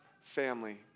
family